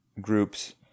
groups